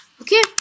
okay